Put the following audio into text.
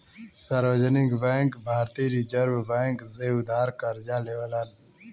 सार्वजनिक बैंक भारतीय reserve bank से उधार करजा लेवलन